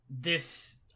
This-